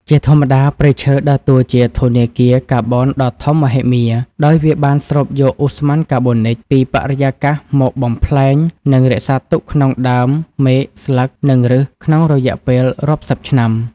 ជាធម្មតា ព្រៃឈើដើរតួជា ធនាគារកាបូនដ៏ធំមហិមា ដោយវាបានស្រូបយកឧស្ម័នកាបូនិចពីបរិយាកាសមកបំប្លែង និងរក្សាទុកក្នុងដើម មែក ស្លឹក និងឫសក្នុងរយៈពេលរាប់សិបឆ្នាំ។